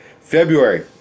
February